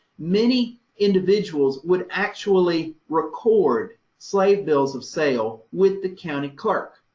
many individuals would actually record slave bills of sale with the county clerk.